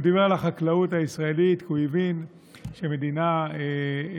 הוא דיבר על החקלאות הישראלית כי הוא הבין שמדינה ללא